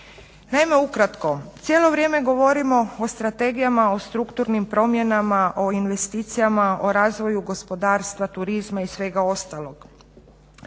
Naime, ukratko cijelo vrijeme govorimo o strategijama, o strukturnim promjenama, o investicijama, o razvoju gospodarstva, turizma i svega ostalog.